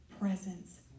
presence